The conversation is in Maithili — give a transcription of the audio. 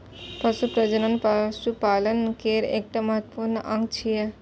पशु प्रजनन पशुपालन केर एकटा महत्वपूर्ण अंग छियै